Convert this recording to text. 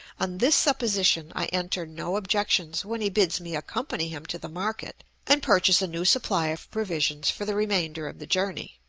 on this supposition i enter no objections when he bids me accompany him to the market and purchase a new supply of provisions for the remainder of the journey.